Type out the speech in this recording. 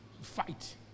Fight